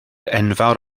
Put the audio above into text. enfawr